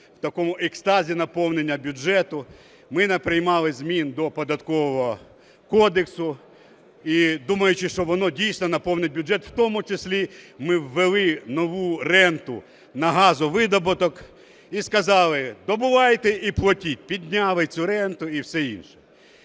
в такому екстазі наповнення бюджету ми наприймали змін до Податкового кодексу, думаючи, що воно дійсно наповнить бюджет. У тому числі ми ввели нову ренту на газовидобуток і сказали: добувайте і платить. Підняли цю ренту і все інше.